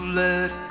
let